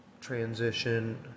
transition